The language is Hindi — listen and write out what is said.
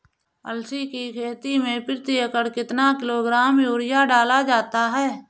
अलसी की खेती में प्रति एकड़ कितना किलोग्राम यूरिया डाला जाता है?